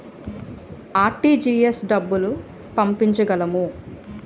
RTGS డబ్బులు పంపించగలము?